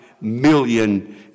million